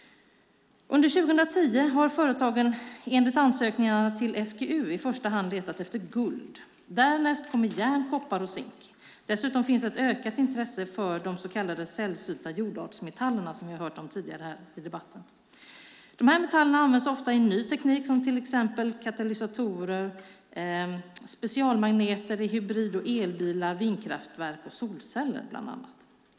Under 2010 har företagen enligt ansökningarna till SGU i första hand letat efter guld. Därnäst kommer järn, koppar och zink. Dessutom finns ett ökat intresse för sällsynta så kallade jordartsmetaller, som vi har hört om tidigare i debatten. Dessa metaller används ofta i ny teknik, till exempel katalysatorer, specialmagneter i hybrid och elbilar, vindkraftverk och solceller.